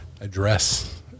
address